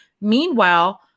Meanwhile